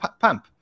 pump